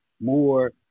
more